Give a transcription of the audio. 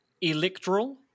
Electoral